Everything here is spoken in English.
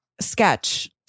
sketch